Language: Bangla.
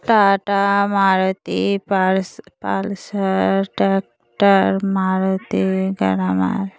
টাটা মারুতি পালস পালসার ট্র্যাক্টর মারুতি